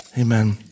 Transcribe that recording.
Amen